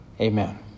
Amen